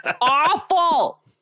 awful